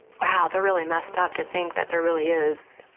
wow, they're really messed up to think that there really is,